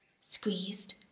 squeezed